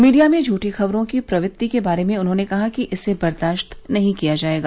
media में झूठी खबरों की प्रवृत्ति के बारे में उन्होंने कहा कि इसे बर्दाश्त नहीं किया जाएगा